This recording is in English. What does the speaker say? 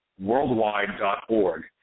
Worldwide.org